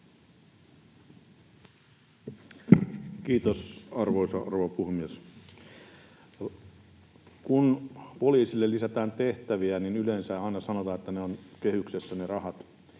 Kiitos, arvoisa rouva puhemies! Kun poliisille lisätään tehtäviä, niin yleensä aina sanotaan, että ne rahat